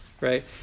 right